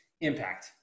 impact